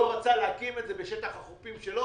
לא רצה להקים את זה בשטח החופים שלו.